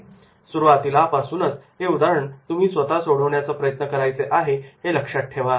तुम्हाला सुरुवातीपासूनच हे उदाहरण स्वतः सोडवण्याचा प्रयत्न करायचे आहे हे लक्षात ठेवा